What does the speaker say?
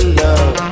love